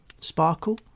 sparkle